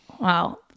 Wow